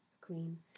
queen